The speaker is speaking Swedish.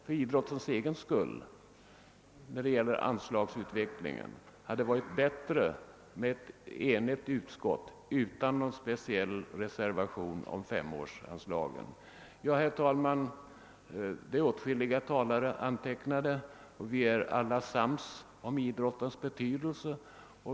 För idrottens egen skull och för anslagsutvecklingen hade det varit bättre, om utskottet hade kunnat ena sig och om alltså någon reservation beträffande femårsanslag inte hade gjorts. Herr talman! Åtskilliga talare är antecknade, och vi är alla överens om idrottens betydelse.